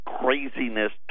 craziness